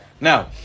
Now